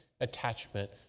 attachment